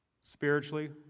Spiritually